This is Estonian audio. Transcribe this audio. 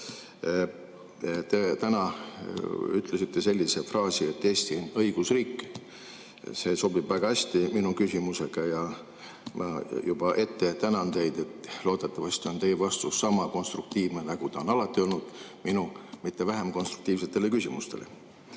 Te täna ütlesite sellise fraasi, et Eesti on õigusriik. See sobib väga hästi minu küsimusega. Ma juba ette tänan teid – loodetavasti on teie vastus sama konstruktiivne, nagu ta on alati olnud minu mitte vähem konstruktiivsetele küsimustele. Kaitseväe